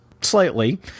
Slightly